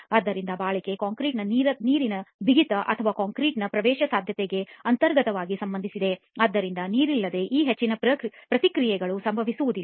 ಆದ್ದರಿಂದ ಬಾಳಿಕೆ ಕಾಂಕ್ರೀಟ್ ನ ನೀರಿನ ಬಿಗಿತ ಅಥವಾ ಕಾಂಕ್ರೀಟ್ನ ಪ್ರವೇಶಸಾಧ್ಯತೆಗೆ ಅಂತರ್ಗತವಾಗಿ ಸಂಬಂಧಿಸಿದೆ ಆದ್ದರಿಂದ ನೀರಿಲ್ಲದೆ ಈ ಹೆಚ್ಚಿನ ಪ್ರತಿಕ್ರಿಯೆಗಳು ಸಂಭವಿಸುವುದಿಲ್ಲ